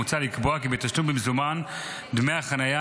מוצע לקבוע כי בתשלום במזומן דמי החניה